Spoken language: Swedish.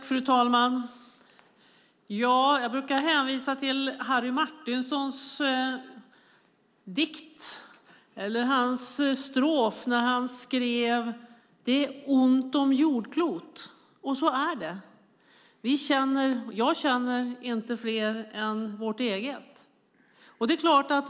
Fru talman! Jag brukar hänvisa till Harry Martinssons strof när han skrev att det är ont om jordklot. Så är det. Jag känner inte fler än vårt eget.